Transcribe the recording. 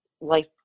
life